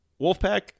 Wolfpack